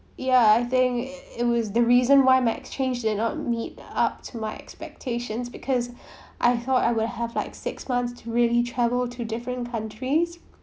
ya I think it it was the reason why my exchange did not meet up to my expectations because I thought I will have like six months to really travel to different countries